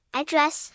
address